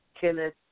Kenneth